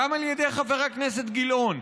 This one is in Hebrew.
גם על ידי חבר הכנסת גילאון.